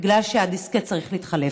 בגלל שהדיסקט צריך להתחלף.